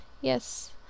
Yes